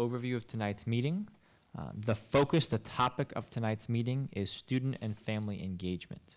overview of tonight's meeting the focus the topic of tonight's meeting is student and family engagement